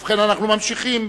ובכן, אנחנו ממשיכים